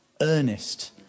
earnest